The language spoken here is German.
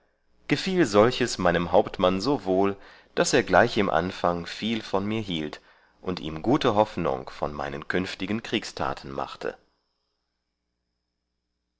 gefiel solches meinem hauptmann so wohl daß er gleich im anfang viel von mir hielt und ihme gute hoffnung von meinen künftigen kriegstaten machte